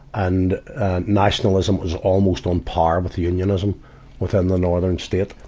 and nationalism was almost on par with unionism within the northern state.